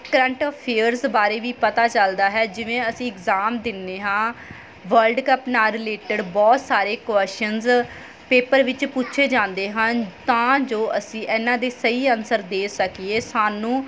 current affairs ਬਾਰੇ ਵੀ ਪਤਾ ਚੱਲਦਾ ਹੈ ਜਿਵੇਂ ਅਸੀਂ ਇਗਜ਼ਾਮ ਦਿੰਦੇ ਹਾਂ ਵਰਲਡ ਕੱਪ ਨਾਲ ਰਿਲੇਟਡ ਬਹੁਤ ਸਾਰੇ ਕੁਸ਼ਚਨਸ ਪੇਪਰ ਵਿੱਚ ਪੁੱਛੇ ਜਾਂਦੇ ਹਨ ਤਾਂ ਜੋ ਅਸੀਂ ਇਹਨਾਂ ਦੇ ਸਹੀ ਆਨਸਰ ਦੇ ਸਕੀਏ ਸਾਨੂੰ